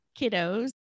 kiddos